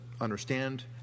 understand